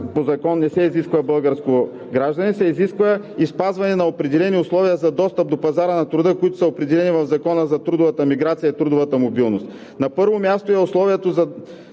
по закон не се изисква българско гражданство, се изисква и за спазване на определени условия за достъпа до пазара на труда, определени в Закона за трудовата миграция и трудовата мобилност. На първо място, условието за